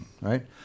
right